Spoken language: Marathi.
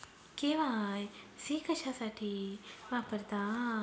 के.वाय.सी कशासाठी वापरतात?